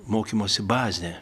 mokymosi bazę